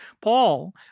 Paul